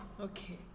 okay